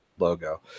logo